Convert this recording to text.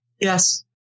Yes